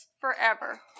forever